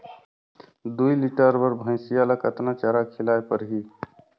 दुई लीटर बार भइंसिया ला कतना चारा खिलाय परही?